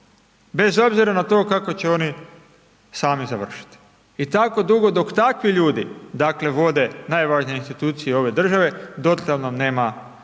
bez obzira na to kako će oni sami završiti. I tako dugo dok takvi ljudi, dakle vode najvažnije institucije ove države dotle nam nema